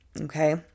okay